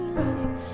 running